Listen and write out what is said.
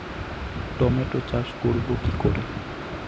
Tomato চাষ করব কি করে?